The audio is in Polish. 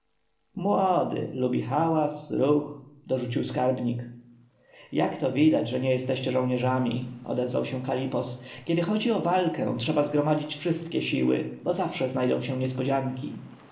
młody lubi ruch hałas dorzucił skarbnik jak to widać że nie jesteście żołnierzami odezwał się kalipos kiedy chodzi o walkę trzeba zgromadzić wszystkie siły bo zawsze znajdą się niespodzianki